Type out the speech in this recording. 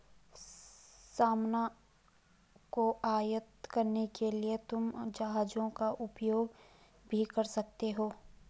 सामान को आयात करने के लिए तुम जहाजों का उपयोग भी कर सकते हो